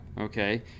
Okay